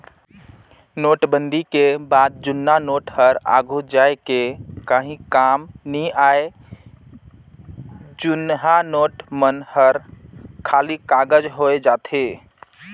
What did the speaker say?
नोटबंदी के बाद जुन्ना नोट हर आघु जाए के काहीं काम नी आए जुनहा नोट मन हर खाली कागज होए जाथे